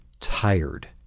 Tired